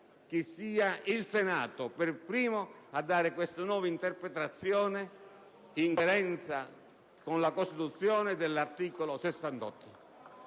che sia il Senato per primo a dare questa nuova interpretazione in coerenza con l'articolo 68